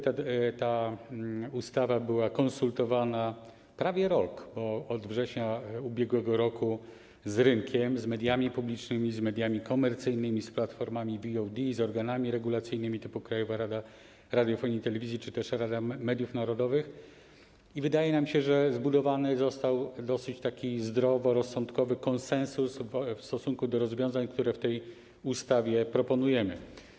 Ta ustawa była konsultowana prawie rok, bo od września ub.r., z rynkiem, z mediami publicznymi, z mediami komercyjnymi, z platformami VOD, z organami regulacyjnymi typu Krajowa Rada Radiofonii i Telewizji czy też Rada Mediów Narodowych i wydaje nam się, że zbudowany został taki dosyć zdroworozsądkowy konsensus w stosunku do rozwiązań, które w tej ustawie proponujemy.